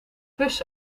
pus